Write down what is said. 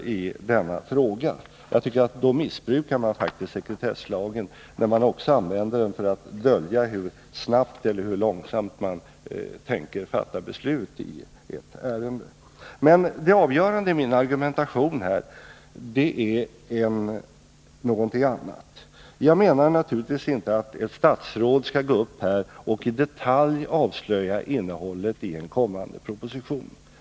Jag tycker att man faktiskt missbrukar sekretesslagen, när man också använder den för att dölja hur snabbt eller hur långsamt man tänker fatta beslut i ett ärende. Det avgörande i min argumentation är någonting annat. Jag menar naturligtvis inte att ett statsråd skall gå upp här i riksdagen och i detalj avslöja innehållet i en kommande proposition.